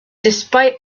despite